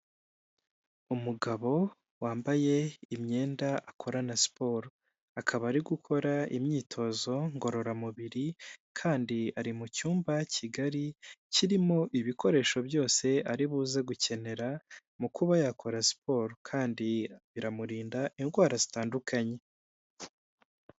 Umugabo wambaye imyenda akorarana siporo, akaba ari gukora imyitozo ngororamubiri, kandi ari mu cyumba kigari kirimo ibikoresho byose ari buze gukenera mu kuba yakora siporo, kandi biramurinda indwara zitandukanye.